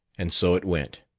and so it went.